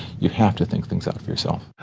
you have to think things out for yourself.